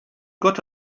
got